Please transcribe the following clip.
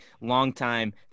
longtime